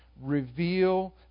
reveal